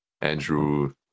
Andrew